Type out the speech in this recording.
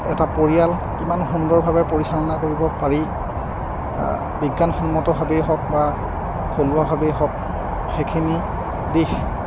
এটা পৰিয়াল কিমান সুন্দৰভাৱে পৰিচালনা কৰিব পাৰি বিজ্ঞানসন্মতভাৱেই হওক বা থলুৱাভাৱেই হওক সেইখিনি দিশ